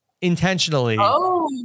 intentionally